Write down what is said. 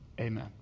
Amen